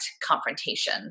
confrontation